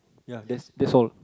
ya that's that's all